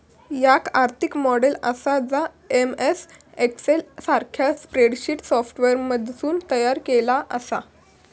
याक आर्थिक मॉडेल आसा जा एम.एस एक्सेल सारख्या स्प्रेडशीट सॉफ्टवेअरमधसून तयार केलेला आसा